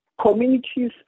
Communities